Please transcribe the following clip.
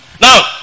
now